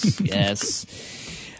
Yes